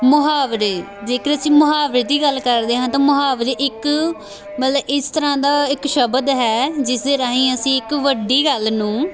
ਮੁਹਾਵਰੇ ਜੇਕਰ ਅਸੀਂ ਮੁਹਾਵਰੇ ਦੀ ਗੱਲ ਕਰਦੇ ਹਾਂ ਤਾਂ ਮੁਹਾਵਰੇ ਇੱਕ ਮਤਲਬ ਇਸ ਤਰ੍ਹਾਂ ਦਾ ਇੱਕ ਸ਼ਬਦ ਹੈ ਜਿਸ ਦੇ ਰਾਹੀਂ ਅਸੀਂ ਇੱਕ ਵੱਡੀ ਗੱਲ ਨੂੰ